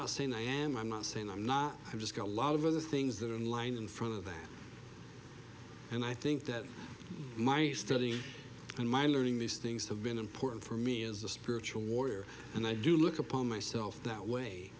not saying i am i'm not saying i'm not i've just got a lot of other things that are in line in front of them and i think that my studying and my learning these things have been important for me as a spiritual warrior and i do look upon myself that way